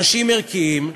אנשים ערכיים.